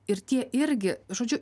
ir tie irgi žodžiu